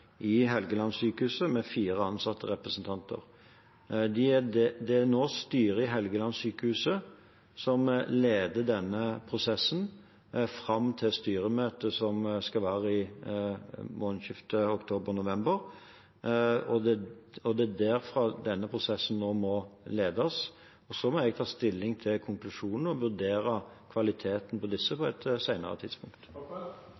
i Helgelandssykehuset med fire ansattrepresentanter. Det er nå styret i Helgelandssykehuset som leder denne prosessen fram til styremøtet som skal være i månedsskiftet oktober/november. Det er derfra denne prosessen nå må ledes, og så må jeg ta stilling til konklusjonene og vurdere kvaliteten på disse